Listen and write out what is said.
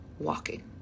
walking